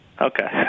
Okay